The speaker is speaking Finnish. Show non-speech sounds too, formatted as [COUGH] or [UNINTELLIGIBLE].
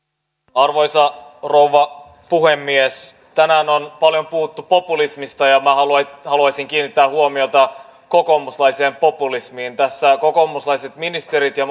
arvoisa rouva puhemies tänään on paljon puhuttu populismista ja minä haluaisin kiinnittää huomiota kokoomuslaiseen populismiin tässä kokoomuslaiset ministerit ja [UNINTELLIGIBLE]